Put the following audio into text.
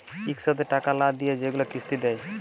ইকসাথে টাকা লা দিঁয়ে যেগুলা কিস্তি দেয়